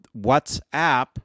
WhatsApp